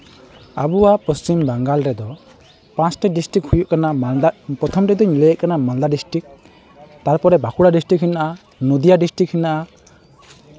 ᱟᱵᱚᱣᱟᱜ ᱯᱚᱪᱷᱤᱢ ᱵᱟᱝᱜᱟᱞ ᱨᱮᱫᱚ ᱯᱟᱸᱪᱴᱤ ᱰᱤᱥᱴᱤᱠ ᱦᱩᱭᱩᱜ ᱠᱟᱱᱟ ᱢᱟᱞᱫᱟ ᱯᱨᱚᱛᱷᱚᱢ ᱨᱮᱫᱚᱧ ᱞᱟᱹᱭᱮᱜ ᱠᱟᱱᱟ ᱢᱟᱞᱫᱟ ᱰᱤᱥᱴᱤᱠ ᱛᱟᱨᱯᱚᱨᱮ ᱵᱟᱸᱠᱩᱲᱟ ᱰᱤᱥᱴᱤᱠ ᱢᱮᱱᱟᱜᱼᱟ ᱱᱚᱫᱤᱭᱟ ᱰᱤᱥᱴᱤᱠ ᱢᱮᱱᱟᱜᱼᱟ